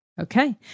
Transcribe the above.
Okay